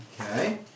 Okay